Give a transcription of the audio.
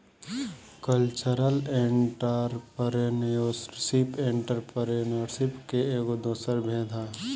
cultural entrepreneurship entrepreneurship के एगो दोसर भेद ह